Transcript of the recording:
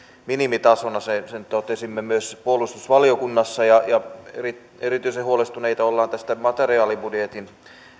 minimitasona sen totesimme myös puolustusvaliokunnassa erityisen huolestuneita ollaan tästä materiaalibudjetin